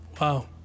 Wow